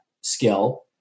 skill